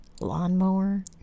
lawnmower